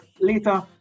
later